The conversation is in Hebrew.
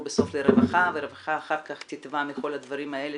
בסוף לרווחה והרווחה אחר כך תטבע מכל הדברים האלה